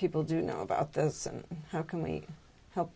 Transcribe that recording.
people do know about this and how can we help